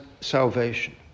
salvation